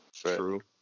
True